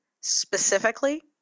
specifically